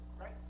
right